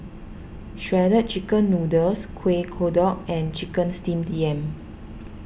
Shredded Chicken Noodles Kuih Kodok and Chicken Steamed Yam